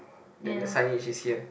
then the signage is here